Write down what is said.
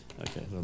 Okay